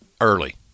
early